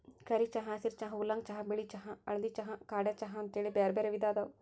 ಕರಿ ಚಹಾ, ಹಸಿರ ಚಹಾ, ಊಲಾಂಗ್ ಚಹಾ, ಬಿಳಿ ಚಹಾ, ಹಳದಿ ಚಹಾ, ಕಾಡೆ ಚಹಾ ಅಂತೇಳಿ ಬ್ಯಾರ್ಬ್ಯಾರೇ ವಿಧ ಅದಾವ